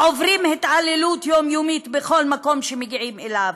העוברים התעללות יומיומית בכל מקום שהם מגיעים אליו.